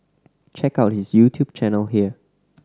check out his YouTube channel here